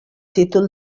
títol